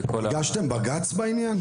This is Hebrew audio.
הגשתם בג"ץ בעניין?